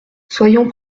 soyons